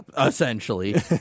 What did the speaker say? essentially